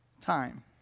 time